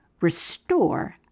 restore